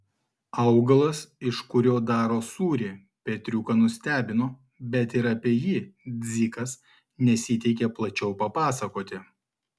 augalas iš kurio daro sūrį petriuką nustebino bet ir apie jį dzikas nesiteikė plačiau papasakoti